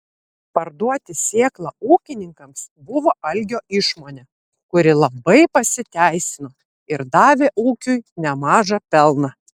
parduoti sėklą ūkininkams buvo algio išmonė kuri labai pasiteisino ir davė ūkiui nemažą pelną